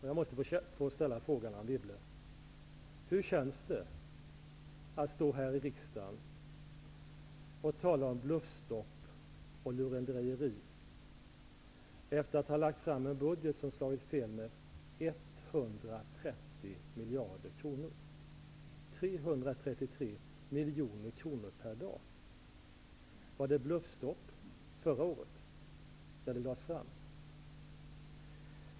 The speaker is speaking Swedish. Jag måste få ställa frågan, Anne Wibble: Hur känns det att stå här i riksdagen och tala om bluffstopp och lurendrejeri, efter att ha lagt fram en budget som har slagit fel med 130 miljarder kronor, 333 miljoner kronor per dag? Var det bluffstopp förra året när budgeten lades fram?